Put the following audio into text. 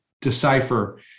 decipher